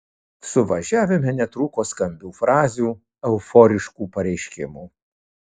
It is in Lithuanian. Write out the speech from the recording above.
suvažiavime netrūko skambių frazių euforiškų pareiškimų